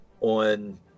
on